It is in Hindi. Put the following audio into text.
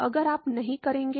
अब आप नहीं करेंगे